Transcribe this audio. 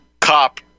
COP